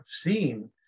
seen